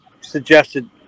suggested